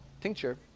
tincture